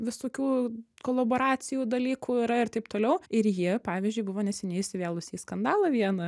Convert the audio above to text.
visokių kolaboracijų dalykų yra ir taip toliau ir ji pavyzdžiui buvo neseniai įsivėlusi skandalą vieną